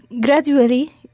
gradually